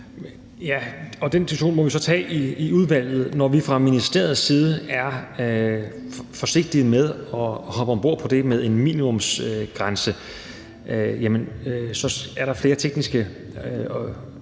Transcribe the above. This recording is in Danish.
den diskussion må vi så tage i udvalget. Når vi fra ministeriets side er forsigtige med at hoppe om bord på det med en minimumsgrænse, så er der flere tekniske